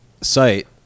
site